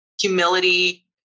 humility